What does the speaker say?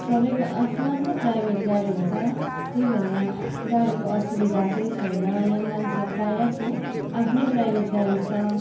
सबैको आफ्नो आफ्नो प्राइभेट गाडी हुन्छ त्यही भएर यहाँ गाडीको असुविधा चाहिँ छैन यहाँ मान्छे प्रायःको आफ्नै प्राइभेट गाडी छ